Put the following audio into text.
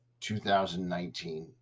2019